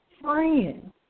friend